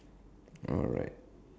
alright